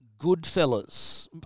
Goodfellas